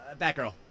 Batgirl